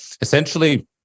Essentially